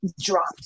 dropped